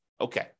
Okay